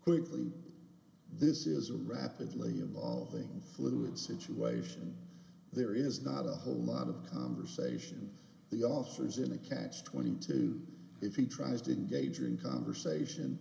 quickly this is a rapidly evolving fluid situation there is not a whole lot of conversation he offers in a catch twenty two if he tries didn't gauge in conversation